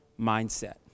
mindset